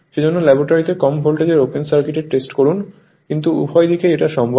সেজন্য ল্যাবরেটরিতে কম ভোল্টেজের ওপেন সার্কিট টেস্ট করুন কিন্তু উভয় দিকেই এটা সম্ভব